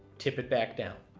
tip it back down.